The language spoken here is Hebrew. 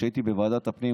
כשהייתי בוועדת הפנים,